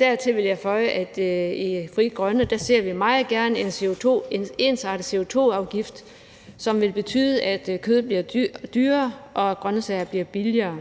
Dertil vil jeg føje, at i Frie Grønne ser vi meget gerne en ensartet CO2-afgift, som vil betyde, at kød bliver dyrere, og at grønsager bliver billigere.